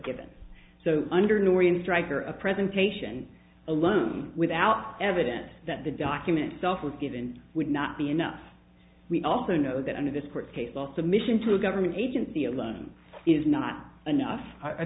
given so under no where in strike or a presentation alone without evidence that the document itself was given would not be enough we also know that under this court case all submission to a government agency alone is not enough i